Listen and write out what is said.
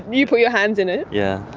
you put your hands in it? yeah.